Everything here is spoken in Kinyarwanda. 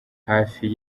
hafi